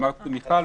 מיכל,